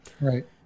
Right